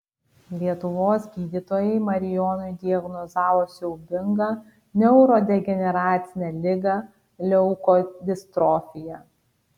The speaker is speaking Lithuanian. lietuvos gydytojai marijonui diagnozavo siaubingą neurodegeneracinę ligą leukodistrofija